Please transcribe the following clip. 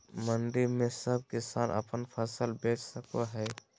मंडी में सब किसान अपन फसल बेच सको है?